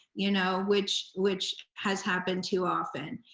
you know which which has happened too often.